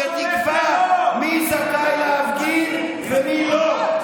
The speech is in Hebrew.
שתקבע מי זכאי להפגין ומי לא,